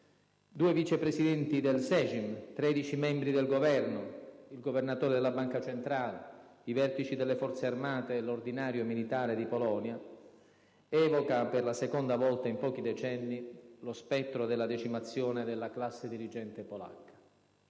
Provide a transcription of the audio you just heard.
due Vice Presidenti del Sejm, tredici membri del Governo, il Governatore della Banca centrale, i vertici delle Forze armate e l'Ordinario militare di Polonia - evoca, per la seconda volta in pochi decenni, lo spettro della decimazione della classe dirigente polacca.